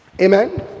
Amen